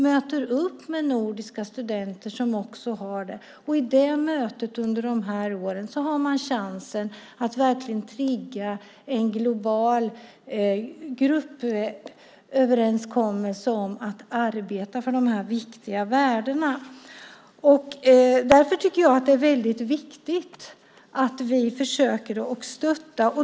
De möter nordiska studenter som också har den, och i det mötet under de här åren har man chansen att verkligen trigga en global gruppöverenskommelse om att arbeta för de här viktiga värdena. Därför tycker jag att det är väldigt viktigt att vi försöker stötta.